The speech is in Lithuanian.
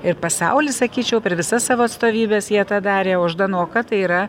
ir pasauly sakyčiau per visas savo atstovybes jie tą darė o ždanoka kad tai yra